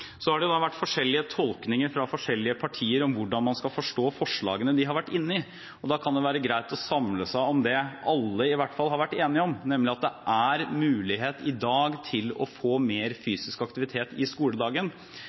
Så har det vært forskjellige tolkninger fra forskjellige partier av hvordan man skal forstå forslagene de er inne i, og da kan det være greit å samle seg om det alle har vært enige om, nemlig at det er mulighet i dag til å få mer fysisk aktivitet i skoledagen.